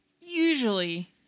usually